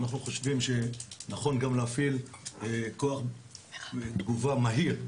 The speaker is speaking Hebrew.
אנחנו חושבים שנכון גם להפעיל כוח תגובה מהיר,